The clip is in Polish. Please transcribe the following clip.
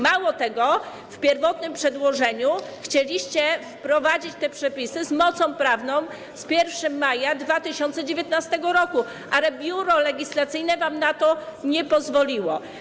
Mało tego, w pierwotnym przedłożeniu chcieliście wprowadzić te przepisy z mocą prawną z 1 maja 2019 r., ale Biuro Legislacyjne wam na to nie pozwoliło.